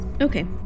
Okay